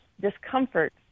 discomfort